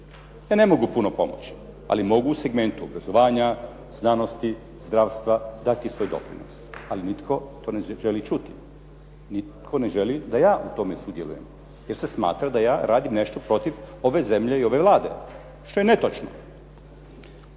Ja ne mogu puno pomoći, ali mogu u segmentu obrazovanja, znanosti, zdravstva dati svoj doprinos, ali nitko to ne želi čuti, nitko ne želi da ja u tome sudjelujem, jer se smatra da ja radim nešto protiv ove zemlje i ove Vlade, što je netočno.